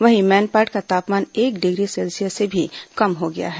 वहीं मैनपाट का तापमान एक डिग्री सेल्सियस से भी कम हो गया है